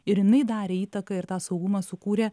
ir jinai darė įtaką ir tą saugumą sukūrė